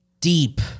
deep